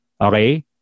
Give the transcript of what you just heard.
Okay